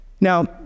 Now